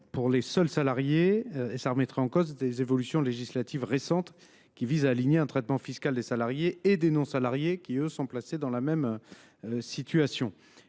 les seuls salariés et remettraient donc en cause des évolutions législatives récentes qui tendent à aligner le traitement fiscal des salariés et des non salariés placés dans la même situation.